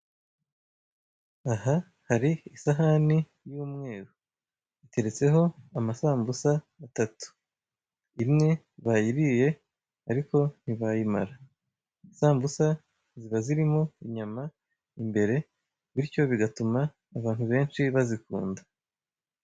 Aha hari isahani y'umweru iteretseho amasambusa atatu, imwe bayiriye ariko ntibayimara. Isambusa ziba zirimo inyama imbere bityo bigatuma abantu benshi bazikunda.